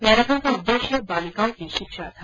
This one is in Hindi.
मैराथन का उददेश्य बालिकाओं की शिक्षा था